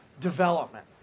development